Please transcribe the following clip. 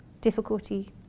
difficulty